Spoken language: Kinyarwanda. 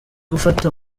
gufata